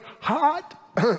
Hot